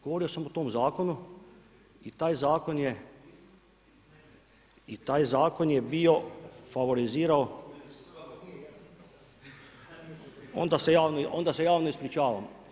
Govorio sam o tom zakonu i taj zakon je bio favorizirao, … [[Upadica se ne čuje.]] onda se javno ispričavam.